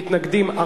מתנגדים,